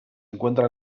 encuentra